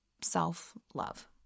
self-love